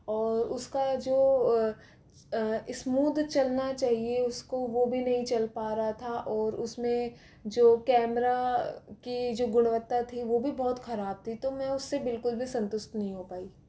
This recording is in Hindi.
और उसका जो स्मूद चलना चाहिए उसको वो भी नही चल पा रहा था और उसमें जो कैमरा की जो गुणवत्ता थी वो भी बहुत खराब थी तो मैं उससे बिल्कुल भी संतुष्ट नही हो पाई